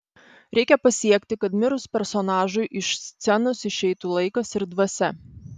reikia pasiekti kad mirus personažui iš scenos išeitų laikas ir dvasia